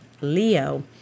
Leo